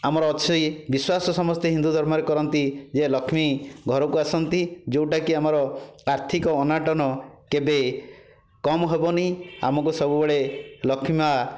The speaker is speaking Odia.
ଆମର ଅଛି ବିଶ୍ୱାସ ସମସ୍ତେ ହିନ୍ଦୁ ଧର୍ମରେ କରନ୍ତି ଯେ ଲକ୍ଷ୍ମୀ ଘରକୁ ଆସନ୍ତି ଯେଉଁଟାକି ଆମର ଆର୍ଥିକ ଅନଟନ କେବେ କମ ହେବନି ଆମକୁ ସବୁବେଳେ ଲକ୍ଷ୍ମୀ ମା'